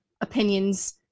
opinions